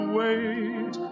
wait